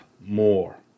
more